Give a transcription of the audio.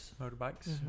Motorbikes